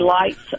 lights